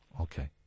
Okay